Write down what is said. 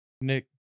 Nick